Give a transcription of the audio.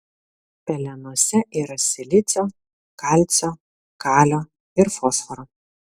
pelenuose yra silicio kalcio kalio ir fosforo